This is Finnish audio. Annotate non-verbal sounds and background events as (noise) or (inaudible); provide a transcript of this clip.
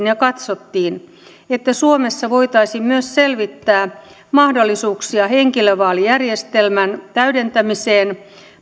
(unintelligible) ja katsottiin että suomessa voitaisiin myös selvittää mahdollisuuksia henkilövaalijärjestelmän täydentämiseen